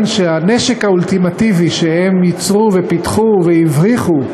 שהנשק האולטימטיבי שהם ייצרו ופיתחו והבריחו,